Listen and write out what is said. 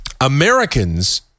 Americans